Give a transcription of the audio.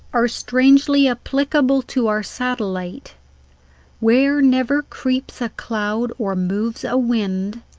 are strangely applicable to our satellit where never creeps a cloud or moves a wind,